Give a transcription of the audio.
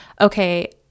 okay